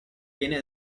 viene